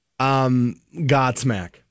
Godsmack